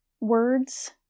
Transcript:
words